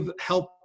help